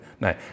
No